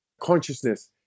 consciousness